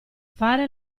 fare